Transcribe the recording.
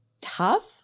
tough